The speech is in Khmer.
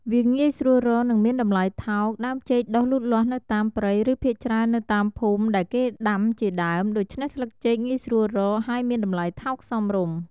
វាងាយស្រួលរក និងមានតម្លៃថោក ដើមចេកដុះលូតលាស់នៅតាមព្រៃ ឬភាគច្រើននៅតាមភូមិដែលគេដាំជាដើម ដូច្នេះស្លឹកចេកងាយស្រួលរក ហើយមានតម្លៃថោកសមរម្យ។